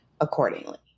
accordingly